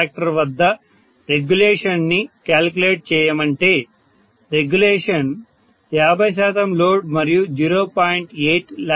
8 pf వద్ద regulation ని calculate చేయమంటే రెగ్యులేషన్ 50 శాతం లోడ్ మరియు 0